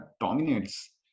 dominates